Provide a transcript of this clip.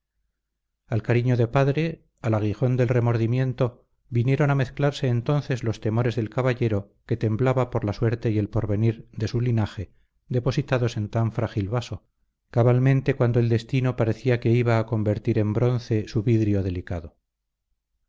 al cariño de padre al aguijón del remordimiento vinieron a mezclarse entonces los temores del caballero que temblaba por la suerte y el porvenir de su linaje depositados en tan frágil vaso cabalmente cuando el destino parecía que iba a convertir en bronce su vidrio delicado